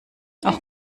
auch